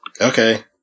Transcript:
Okay